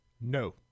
No